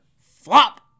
Flop